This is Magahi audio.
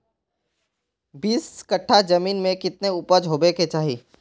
बीस कट्ठा जमीन में कितने उपज होबे के चाहिए?